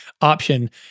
option